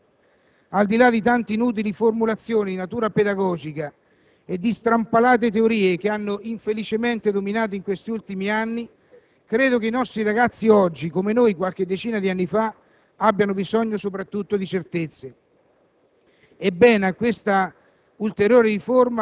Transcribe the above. Non meritano un Paese che non sa dare certezze. Al di là di tante inutili formulazioni di natura pedagogica e di strampalate teorie, che hanno infelicemente dominato in questi ultimi anni, credo che i nostri ragazzi oggi, come noi qualche decina di anni fa, abbiano bisogno soprattutto di certezze.